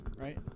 right